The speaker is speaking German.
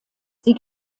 sie